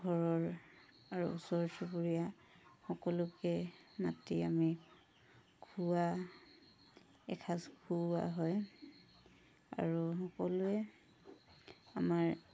ঘৰৰ আৰু ওচৰ চুবুৰীয়া সকলোকে মাতি আমি খুওৱা এসাজ খুওৱা হয় আৰু সকলোৱে আমাৰ